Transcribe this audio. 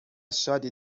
شادی